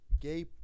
gay